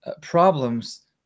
problems